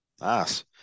Nice